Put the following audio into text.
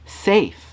safe